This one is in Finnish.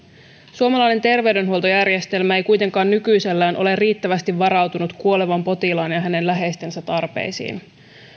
suomalainen terveydenhuoltojärjestelmä ei kuitenkaan nykyisellään ole riittävästi varautunut kuolevan potilaan ja hänen läheistensä tarpeisiin